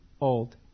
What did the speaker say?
old